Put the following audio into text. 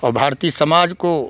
और भारतीय समाज को